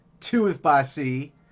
two-if-by-sea